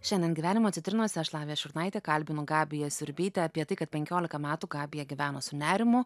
šiandien gyvenimo citrinose aš lavija šiurnaitė kalbinu gabiją siurbytę apie tai kad penkioliką metų gabija gyveno su nerimu